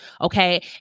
Okay